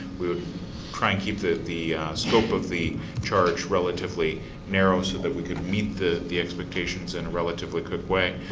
we would try and keep the the scope of the charge relatively narrow so that we could meet the the expectations in a relatively quick way,